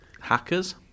Hackers